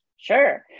Sure